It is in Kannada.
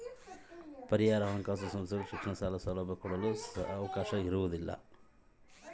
ಪರ್ಯಾಯ ಹಣಕಾಸು ಸಂಸ್ಥೆಗಳಲ್ಲಿ ಶಿಕ್ಷಣ ಸಾಲ ಕೊಡೋ ಸೌಲಭ್ಯ ಇದಿಯಾ?